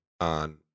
on